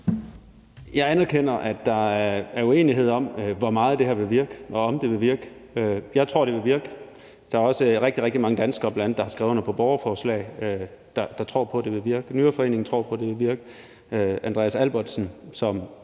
Jeg anerkender, at der er uenighed om, hvor meget det her vil virke, og om det vil virke. Jeg tror, det vil virke. Der er bl.a. også rigtig, rigtig mange danskere, der har skrevet under på borgerforslaget, og som tror på, at det vil virke. Nyreforeningen tror på, at det vil virke, og Andreas Albertsen, som